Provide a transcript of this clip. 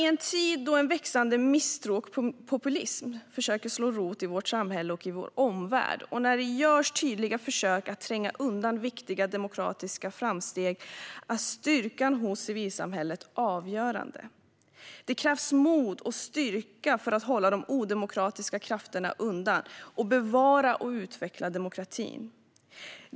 I en tid när en växande misstro och populism försöker slå rot i vårt samhälle och i vår omvärld och när det görs tydliga försök att tränga undan viktiga demokratiska framsteg är styrkan hos civilsamhället avgörande. Den krävs mod och styrka för att hålla de odemokratiska krafterna undan och bevara och utveckla demokratin.